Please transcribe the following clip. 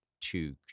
two